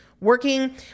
working